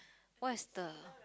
what is the